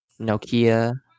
Nokia